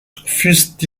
fussent